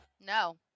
No